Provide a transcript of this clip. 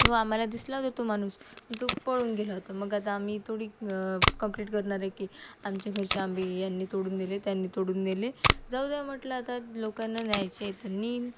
तो आम्हाला दिसला होता तो माणूस पण तो पळून गेला होता मग आता आम्ही थोडी कंप्लेट करणार आहे की आमच्या घरचे आंबे यांनी तोडून नेले त्यांनी तोडून नेले जाऊ द्या म्हटलं आता लोकांना न्यायचे त्यांनी